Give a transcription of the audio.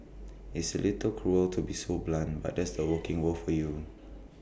it's A little cruel to be so blunt but that's the working world for you